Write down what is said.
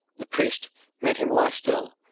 the priest made him lie still,